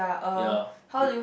ya